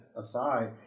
aside